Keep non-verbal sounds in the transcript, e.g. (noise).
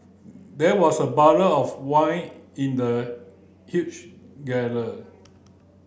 there was a barrel of wine in the huge (unintelligible)